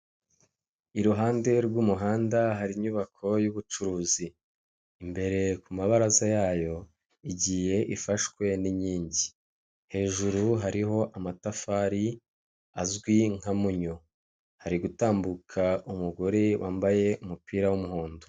Iruhande rw'umuhanda hari inyubako y'ubucuruzi imbere kumabaraza yayo igiye ifashwe n'inyingi, hejuru hariho amatafari azwi nka munyo hari gutambuka umugore wambaye umupira w'umuhondo.